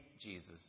Jesus